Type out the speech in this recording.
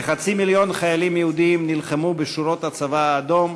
כחצי מיליון חיילים יהודים נלחמו בשורות הצבא האדום,